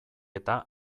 eta